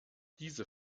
diese